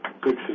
good